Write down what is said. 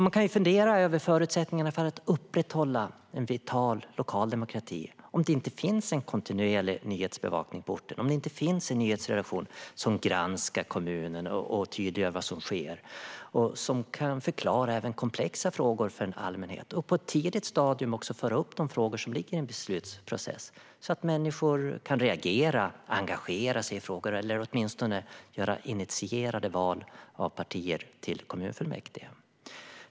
Man kan ju fundera över förutsättningarna för att upprätthålla en vital lokal demokrati om det inte finns en kontinuerlig nyhetsbevakning på orten, om det inte finns en nyhetsredaktion som granskar kommunen, tydliggör vad som sker och kan förklara även komplexa frågor för en allmänhet och på ett tidigt stadium också föra upp de frågor som ligger i en beslutsprocess så att människor kan reagera, engagera sig i frågor eller åtminstone göra initierade val av partier till kommunfullmäktige.